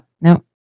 no